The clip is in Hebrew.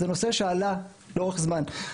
זה נושא שעלה לאורך זמן.